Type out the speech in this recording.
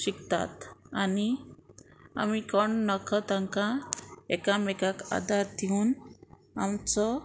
शिकतात आनी आमी कोण नखो तांकां एकामेकांक आदार दिवन आमचो